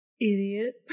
idiot